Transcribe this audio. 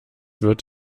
wird